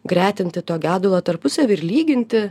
gretinti to gedulo tarpusavy ir lyginti